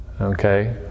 Okay